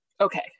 Okay